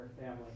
family